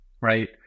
Right